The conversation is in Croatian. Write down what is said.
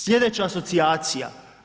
Sljedeća asocijacija.